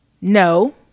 No